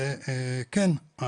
כן,